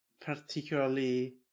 particularly